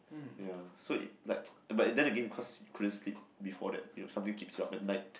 ya so it like but then again cause couldn't sleep before that something keeps you up at night